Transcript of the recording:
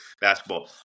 Basketball